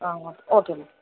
ஆ ஓ okay ma'am